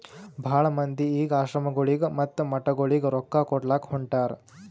ಭಾಳ ಮಂದಿ ಈಗ್ ಆಶ್ರಮಗೊಳಿಗ ಮತ್ತ ಮಠಗೊಳಿಗ ರೊಕ್ಕಾ ಕೊಡ್ಲಾಕ್ ಹೊಂಟಾರ್